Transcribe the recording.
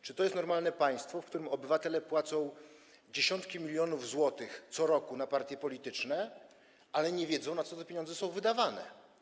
Czy to jest normalne państwo, w którym obywatele co roku płacą dziesiątki milionów złotych na partie polityczne, ale nie wiedzą, na co te pieniądze są wydawane?